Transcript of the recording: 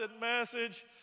message